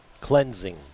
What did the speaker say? Cleansing